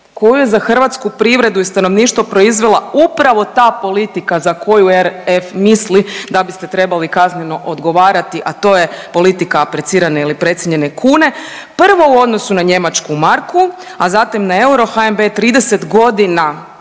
koju je za hrvatsku privredu i stanovništvo proizvela upravo ta politika za koju RF misli da biste trebali kazneno odgovarati, a to je politika aprecirane ili precijenjene kune, prvo u odnosu na njemačku marku, a zatim na euro, HNB je 30.g.